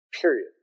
period